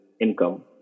income